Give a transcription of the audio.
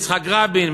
יצחק רבין,